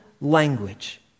language